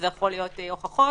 ואחרי זה נראה מה נעשה יותר.